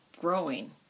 growing